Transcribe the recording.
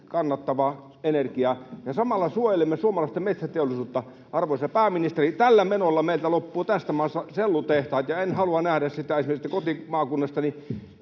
kannattava energia, ja samalla suojelemme suomalaista metsäteollisuutta. Arvoisa pääministeri, tällä menolla meiltä loppuvat tästä maasta sellutehtaat, ja en halua nähdä esimerkiksi sitä, että kotimaakunnastani